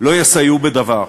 לא יסייעו בדבר.